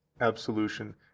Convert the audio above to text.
absolution